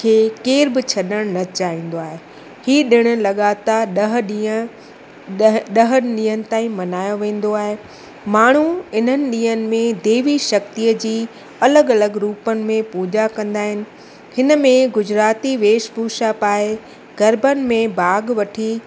खे केर बि छॾणु न चाहींदो आहे ही ॾिणु लॻातार ॾह ॾींहं ॾ ॾह ॾींहंनि ताईं मल्हायो वेंदो आहे माण्हू इन्हनि ॾींहंनि में देवीशक्तिअ जी अलॻि अलॻि रुपनि में पूॼा कंदा आहिनि हिन में गुजराती वेशभूषा पाए गरबनि में भाॻु वठी